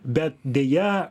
bet deja